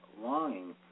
longing